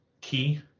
key